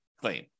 claim